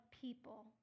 people